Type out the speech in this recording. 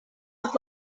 with